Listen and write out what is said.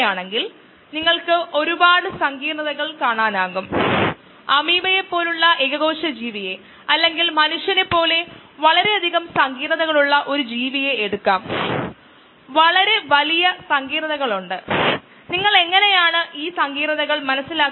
continuous പ്രവർത്തന mode നമ്മൾ കണ്ടു അവിടെ ബയോ റിയാക്ടറിൽ നിന്ന് തുടർച്ചയായ ഒരു സ്ട്രീം അകത്തേക്കും തുടർച്ചയായ സ്ട്രീം പുറത്തേക്കും ഉണ്ട് തുടർച്ചയായി പ്രവാഹം നടക്കുമ്പോൾ പ്രക്രിയകൾ ഒരേസമയം നടക്കുന്നു